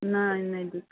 नै नै दिक्कत